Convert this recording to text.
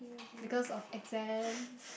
because of exams